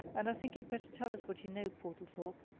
and i think you'd better tell us what you know, portlethorpe.